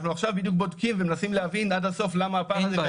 אנחנו עכשיו בדיוק בודקים ומנסים להבין עד הסוף למה הפער הזה.